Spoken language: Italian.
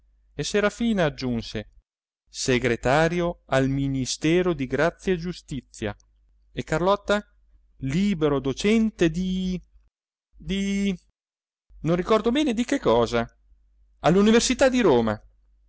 e serafina aggiunse segretario al ministero di grazia e giustizia e carlotta libero docente di di non ricordo bene di che cosa all'università di roma